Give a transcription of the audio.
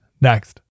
Next